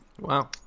Wow